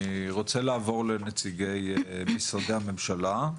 אני רוצה לעבור לנציגי משרדי הממשלה.